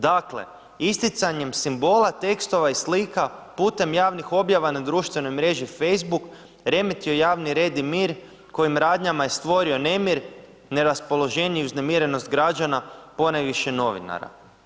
Dakle, isticanjem simbola, tekstova i slika putem javnih objava na društvenoj mreži facebook remetio javni red i mir kojim radnjama je stvorio nemir, neraspoloženje i uznemirenost građana, ponajviše novinara.